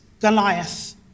Goliath